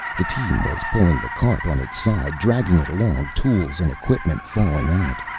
the team was pulling the cart on its side, dragging it along, tools and equipment falling out.